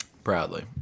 Proudly